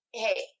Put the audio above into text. hey